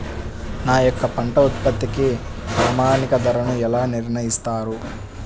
మా యొక్క పంట ఉత్పత్తికి ప్రామాణిక ధరలను ఎలా నిర్ణయిస్తారు?